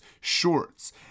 Shorts